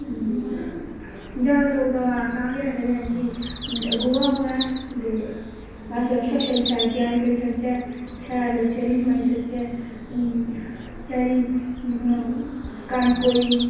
जैदा लोक गवां तां गै रखदे हैन कि गोहा होऐ ते अस फसल शैल त्यार करी सकचै शैल चरी जमाई सकचै चरी जि'यां कनक होई